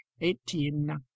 eighteen